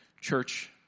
church